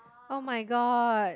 oh-my-god